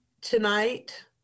Tonight